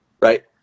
right